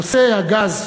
נושא הגז,